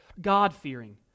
God-fearing